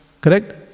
correct